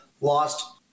lost